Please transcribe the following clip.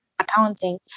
accounting